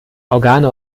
organe